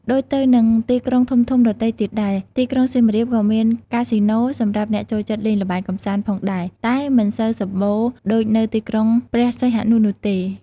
ដូចទៅនឹងទីក្រុងធំៗដទៃទៀតដែរ ទីក្រុងសៀមរាបក៏មានកាស៊ីណូសម្រាប់អ្នកចូលចិត្តលេងល្បែងកម្សាន្តផងដែរតែមិនសូវសម្បូរដូចនៅទីក្រុងព្រះសីហនុនោះទេ ។